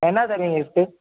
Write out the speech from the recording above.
ஆ என்ன தருவீங்க கிஃப்ட்டு